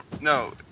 No